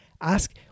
ask